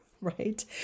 right